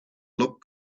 look